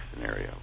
scenario